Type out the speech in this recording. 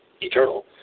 eternal